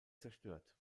zerstört